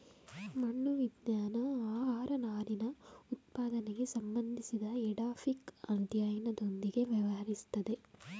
ಮಣ್ಣು ವಿಜ್ಞಾನ ಆಹಾರನಾರಿನಉತ್ಪಾದನೆಗೆ ಸಂಬಂಧಿಸಿದಎಡಾಫಿಕ್ಅಧ್ಯಯನದೊಂದಿಗೆ ವ್ಯವಹರಿಸ್ತದೆ